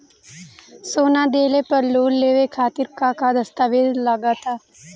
सोना दिहले पर लोन लेवे खातिर का का दस्तावेज लागा ता?